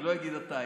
אני לא אגיד אתה,